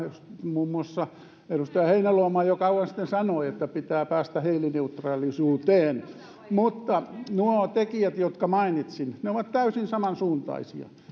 muun muassa edustaja heinäluoma jo kauan sitten sanoi että pitää päästä hiilineutraalisuuteen mutta nuo tekijät jotka mainitsin ovat täysin samansuuntaisia